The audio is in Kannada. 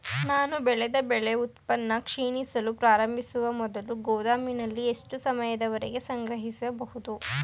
ನಾನು ಬೆಳೆದ ಬೆಳೆ ಉತ್ಪನ್ನ ಕ್ಷೀಣಿಸಲು ಪ್ರಾರಂಭಿಸುವ ಮೊದಲು ಗೋದಾಮಿನಲ್ಲಿ ಎಷ್ಟು ಸಮಯದವರೆಗೆ ಸಂಗ್ರಹಿಸಬಹುದು?